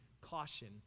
caution